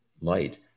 light